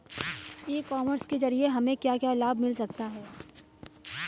ई commerce के ज़रिए हमें क्या क्या लाभ मिल सकता है?